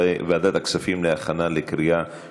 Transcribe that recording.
לוועדת הכספים נתקבלה.